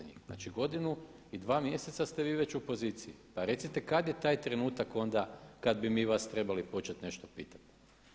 Znači, godinu i dva mjeseca ste vi već u poziciji pa recite kad je taj trenutak onda kad bi mi vas trebali početi nešto pitati.